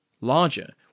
larger